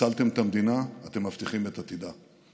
הצלתם את המדינה, אתם מבטיחים את עתידה.